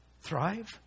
Thrive